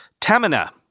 Tamina